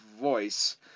voice